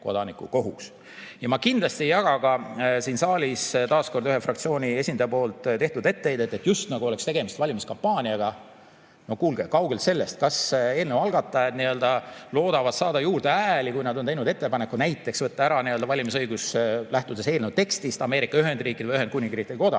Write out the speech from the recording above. Ma kindlasti ei jaga siin saalis taas kord ühe fraktsiooni esindaja tehtud etteheidet, just nagu oleks tegemist valimiskampaaniaga. No kuulge, kaugel sellest! Kas eelnõu algatajad loodavad saada juurde hääli, kui nad on teinud ettepaneku näiteks võtta ära valimisõigus, lähtudes eelnõu tekstist, Ameerika Ühendriikide või Ühendkuningriigi kodanikelt?